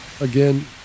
again